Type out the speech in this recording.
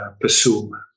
Pursue